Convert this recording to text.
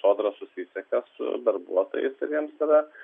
sodra susisiekia su darbuotojais ir jiems yra